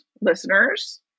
listeners